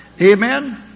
Amen